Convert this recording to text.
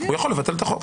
הוא יכול לבטל את החוק.